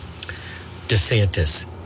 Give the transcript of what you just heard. DeSantis